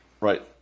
right